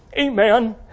Amen